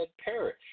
perish